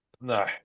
No